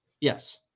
Yes